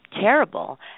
terrible